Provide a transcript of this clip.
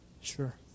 Sure